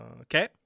Okay